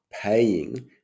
paying